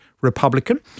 Republican